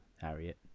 harriet